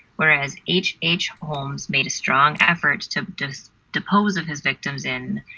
whereas h h. holmes made a strong effort to depose of his victims in.